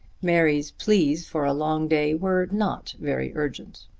mary's pleas for a long day were not very urgent.